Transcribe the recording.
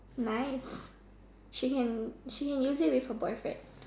nice she can she can use it with her boyfriend